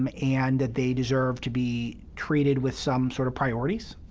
um and that they deserve to be treated with some sort of priorities,